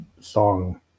song